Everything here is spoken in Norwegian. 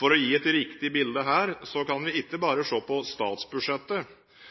For å gi et riktig bilde her kan vi ikke bare se på statsbudsjettet.